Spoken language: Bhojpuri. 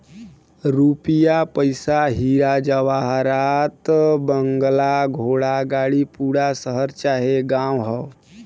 रुपिया पइसा हीरा जवाहरात बंगला घोड़ा गाड़ी पूरा शहर चाहे गांव हौ